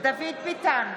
דוד ביטן,